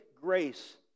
grace